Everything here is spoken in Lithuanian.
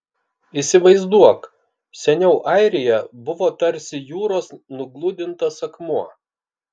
įsivaizduok seniau airija buvo tarsi jūros nugludintas akmuo